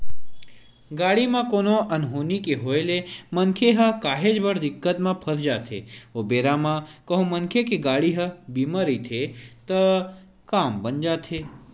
गाड़ी म कोनो अनहोनी के होय ले मनखे ह काहेच बड़ दिक्कत म फस जाथे ओ बेरा म कहूँ मनखे के गाड़ी ह बीमा रहिथे त काम बन जाथे